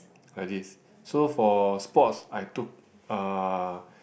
like this so for sports I took uh